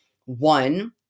one